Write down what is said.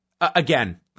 Again